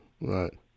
Right